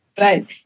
Right